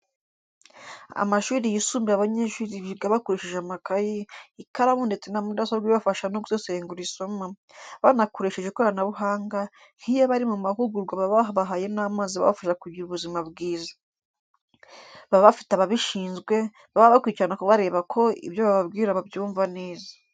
Amashuri yisumbuye abanyeshuri biga bakoresheje amakayi, ikaramu ndetse na mudasobwa ibafasha no gusesengura isomo, banakoresheje ikoranabuhanga, nk'iyo bari mu mahugurwa baba babahaye n'amazi abafasha kugira ubuzima bwiza. Baba bafite ababishizwe baba babakurikirana bareba ko ibyo bababwira babyumva neza.